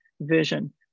vision